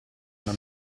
una